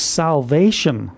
salvation